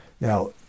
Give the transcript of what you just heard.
Now